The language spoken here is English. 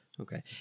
Okay